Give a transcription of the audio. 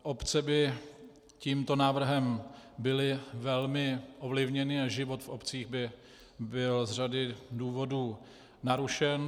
Obce by tímto návrhem byly velmi ovlivněny a život v obcích by byl z řady důvodů narušen.